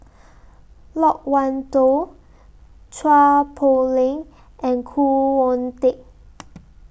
Loke Wan Tho Chua Poh Leng and Khoo Oon Teik